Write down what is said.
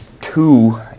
two